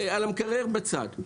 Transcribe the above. המקרר בצד.